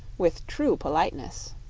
with true politeness.